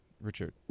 richard